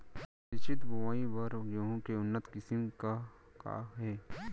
सिंचित बोआई बर गेहूँ के उन्नत किसिम का का हे??